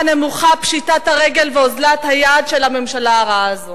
נמוכה פשיטת הרגל ואוזלת היד של הממשלה הרעה הזו.